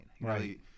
Right